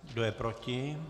Kdo je proti?